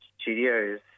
studios